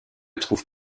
trouve